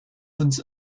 uns